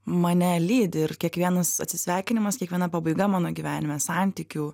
mane lydi ir kiekvienas atsisveikinimas kiekviena pabaiga mano gyvenime santykių